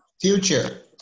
Future